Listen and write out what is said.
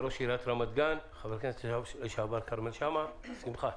ראש עיריית רמת-גן חבר הכנסת לשעבר כרמל שאמה הכהן.